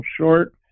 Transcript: short